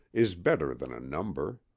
is better than a number.